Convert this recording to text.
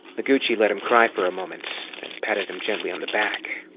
noguchi let him cry for a moment, then patted him gently on the back.